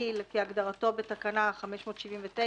מוביל כהגדרתו בתקנה 579,